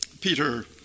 Peter